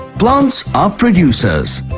plants are producers.